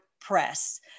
press